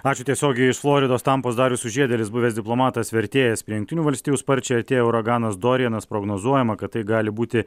ačiū tiesiogiai iš floridos tampos darius sužiedėlis buvęs diplomatas vertėjas prie jungtinių valstijų sparčiai artėja uraganas dorianas prognozuojama kad tai gali būti